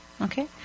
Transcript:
Okay